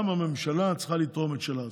גם הממשלה צריכה לתרום את שלה,